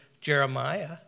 Jeremiah